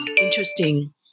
interesting